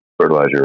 fertilizer